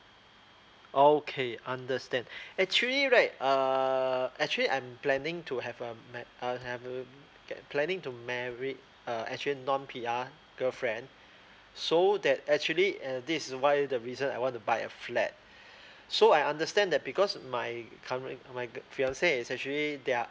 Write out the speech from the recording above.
okay understand actually right err actually I'm planning to have um my uh have uh get planning to marry a actually non P_R girlfriend so that actually uh this is why the reason I want to buy a flat so I understand that because my current my girl fiancee is actually they're